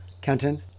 Kenton